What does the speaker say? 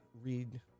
read